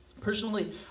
personally